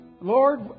Lord